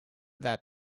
that